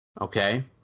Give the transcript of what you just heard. Okay